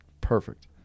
perfect